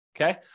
okay